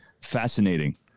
fascinating